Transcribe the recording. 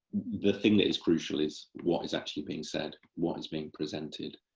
the thing that is crucial is what is actually being said, what is being presented,